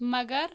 مَگر